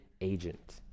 agent